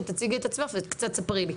תציגי את עצמך וקצת ספרי לי.